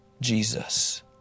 Jesus